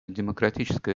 демократическая